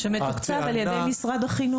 שמתוקצב על ידי משרד החינוך.